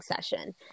session